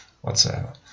whatsoever